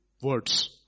words